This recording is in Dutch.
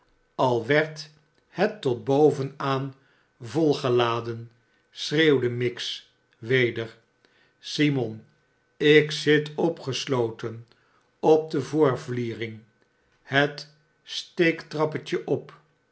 al werd het tot boven aan volgeladen schreeuwde miggs weder simon ik zit opgesloten op de voorvliering het steektrapje op